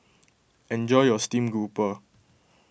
enjoy your Steamed Garoupa